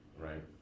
right